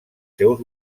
seus